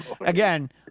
Again